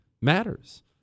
matters